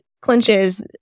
clinches